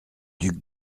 ducs